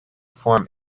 form